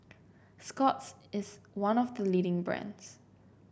Scott's is one of the leading brands